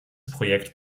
projekt